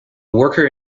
worker